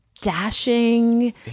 dashing